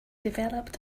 developed